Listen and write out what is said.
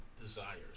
desires